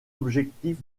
objectifs